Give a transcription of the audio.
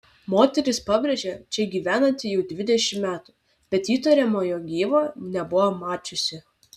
moteris pabrėžia čia gyvenanti jau dvidešimt metų bet įtariamojo gyvo nebuvo mačiusi